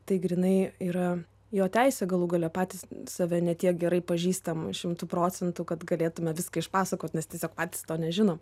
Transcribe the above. tai grynai yra jo teisė galų gale patys save ne tiek gerai pažįstam šimtu procentų kad galėtume viską išpasakot nes tiesiog patys to nežino